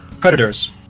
Predators